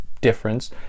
difference